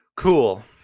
Cool